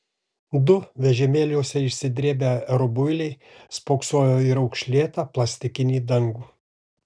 du vežimėliuose išsidrėbę rubuiliai spoksojo į raukšlėtą plastikinį dangų